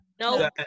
no